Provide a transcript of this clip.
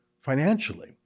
financially